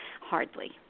Hardly